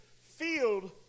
field